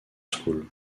school